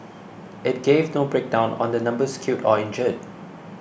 it gave no breakdown on the numbers killed or injured